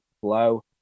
flow